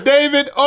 David